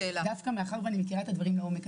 מאחר שאני מכירה את הדברים לעומק,